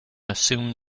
assume